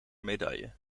medaille